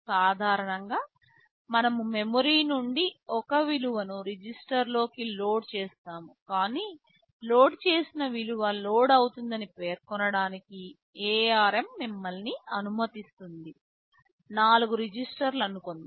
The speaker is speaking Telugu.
సాధారణంగా మనము మెమరీ నుండి ఒక విలువను రిజిస్టర్లోకి లోడ్ చేస్తాము కాని లోడ్ చేసిన విలువ లోడ్ అవుతుందని పేర్కొనడానికి ARM మిమ్మల్ని అనుమతిస్తుంది 4 రిజిస్టర్లు అనుకుందాం